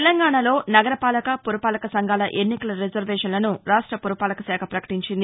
తెలంగాణాలో నగరపాలక పురపాలక సంఘాల ఎన్నికల రిజర్వేషన్లను రాష్ట పురపాలకశాఖ ప్రపకటించింది